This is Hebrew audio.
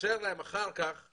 להוציא מכיסו וכל מה שקשור.